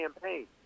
campaign